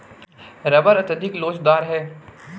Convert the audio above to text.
rubber अत्यधिक लोचदार है